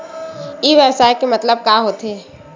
ई व्यवसाय के मतलब का होथे?